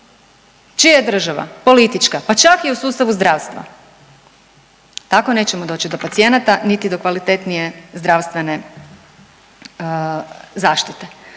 Čija je država? Politička, pa čak i u sustavu zdravstva. Tako nećemo doći do pacijenata, niti do kvalitetnije zdravstvene zaštite.